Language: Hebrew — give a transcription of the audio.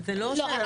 אתה לא מחויב.